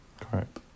Correct